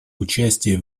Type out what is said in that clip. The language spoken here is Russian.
участия